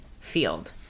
field